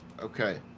Okay